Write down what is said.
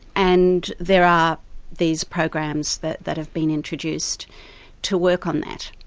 and there are these programs that that have been introduced to work on that.